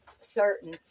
certain